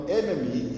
enemy